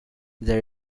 there